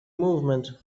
movement